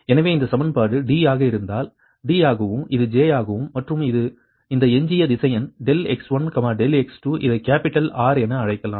எனவே இந்த சமன்பாடு D ஆக இருந்தால் D ஆகவும் இது J ஆகவும் மற்றும் இந்த எஞ்சிய திசையன் ∆x1 ∆x2 இதை கேப்பிட்டல் R என அழைக்கலாம்